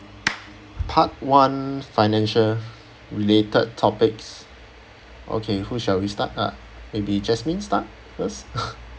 part one financial related topics okay who shall we start lah maybe jasmine start first